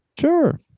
Sure